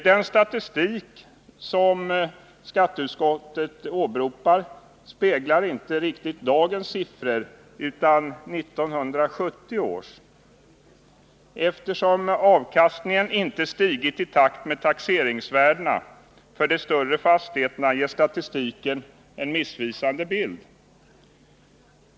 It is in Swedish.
Den statistik som skatteutskottet åberopar avspeglar inte dagens värden: utan 1970 års. Eftersom avkastningen inte stigit i takt med taxeringsvärdena för de större fastigheterna ger statistiken en missvisande bild.